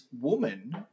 woman